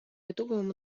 итоговому